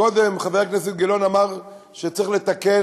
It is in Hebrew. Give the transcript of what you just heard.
קודם אמר חבר הכנסת גילאון שצריך לתקן.